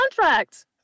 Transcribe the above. contract